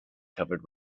covered